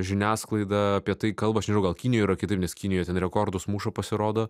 žiniasklaida apie tai kalba aš nežinau gal kinijoj yra kitaip nes kinija ten rekordus muša pasirodo